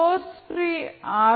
source pre R